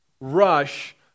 rush